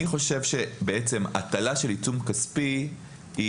אני חושב שבעצם הטלה של עיצום כספי היא